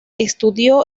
estudió